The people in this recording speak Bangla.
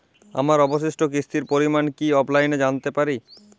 আমার অবশিষ্ট কিস্তির পরিমাণ কি অফলাইনে জানতে পারি?